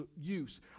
use